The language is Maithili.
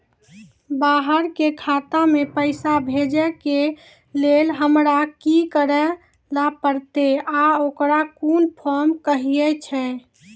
बाहर के खाता मे पैसा भेजै के लेल हमरा की करै ला परतै आ ओकरा कुन फॉर्म कहैय छै?